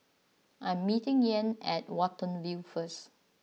I am meeting Ian at Watten View First